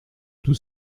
tout